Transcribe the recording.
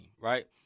right